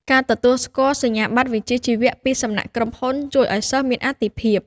ការទទួលស្គាល់សញ្ញាបត្រវិជ្ជាជីវៈពីសំណាក់ក្រុមហ៊ុន ជួយឱ្យសិស្សមានអាទិភាព។